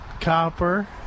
copper